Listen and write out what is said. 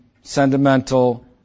sentimental